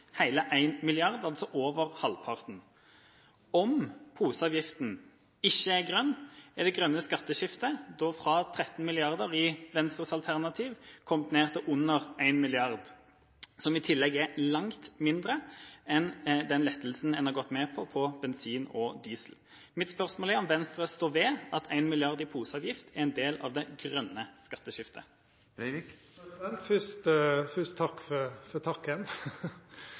hele 1 mrd. kr, altså over halvparten. Om poseavgiften ikke er grønn, er det grønne skatteskiftet, fra 13 mrd. kr i Venstres alternative budsjett, kommet ned til under 1 mrd. kr, som i tillegg er langt mindre enn den lettelsen en har gått med på på bensin og diesel. Mitt spørsmål er om Venstre står ved at 1 mrd. kr i poseavgift er en del av det grønne skatteskiftet. Først takk for takken.